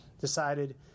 decided